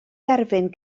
derfyn